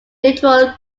neutral